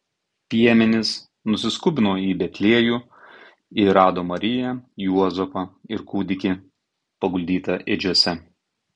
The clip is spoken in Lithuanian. piemenys nusiskubino į betliejų ir rado mariją juozapą ir kūdikį paguldytą ėdžiose